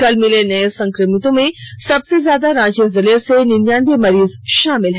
कल मिले नए संक्रमितों में सबसे ज्यादा रांची जिले से निन्यानबे मरीज शामिल हैं